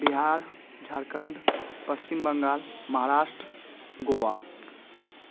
Bihar Jharkhand Paschim Bengal Maharashtra Goa